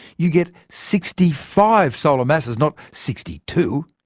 you get sixty five solar masses, not sixty two.